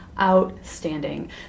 Outstanding